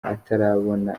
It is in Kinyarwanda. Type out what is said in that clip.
atarabona